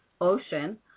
ocean